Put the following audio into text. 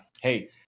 hey